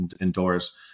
indoors